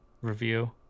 review